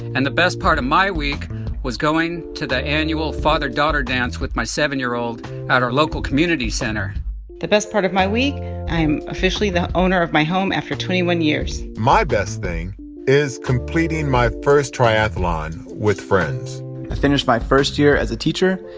and the best part of my week was going to the annual father-daughter dance with my seven year old at our local community center the best part of my week i'm officially the owner of my home after twenty one years my best thing is completing my first triathlon with friends i finished my first year as a teacher,